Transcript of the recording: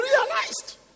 realized